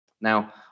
Now